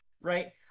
right